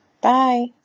bye